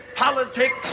politics